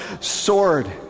sword